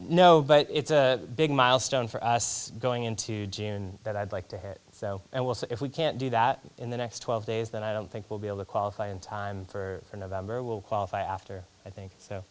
know but it's a big milestone for us going into june that i'd like to hear so and we'll see if we can't do that in the next twelve days that i don't think we'll be able to qualify in time for november will qualify after i think so